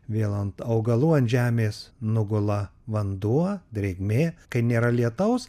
vėl ant augalų ant žemės nugula vanduo drėgmė kai nėra lietaus